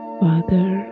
father